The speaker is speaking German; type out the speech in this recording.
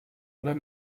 oder